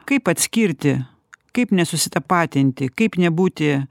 kaip atskirti kaip nesusitapatinti kaip nebūti